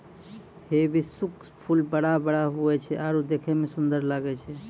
hibiscus फूल बड़ा बड़ा हुवै छै आरु देखै मे सुन्दर लागै छै